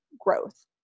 growth